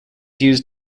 used